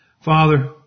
Father